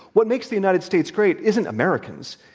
what makes the united states great isn't americans.